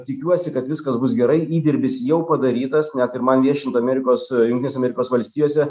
tikiuosi kad viskas bus gerai įdirbis jau padarytas net ir man viešint amerikos jungtinėse amerikos valstijose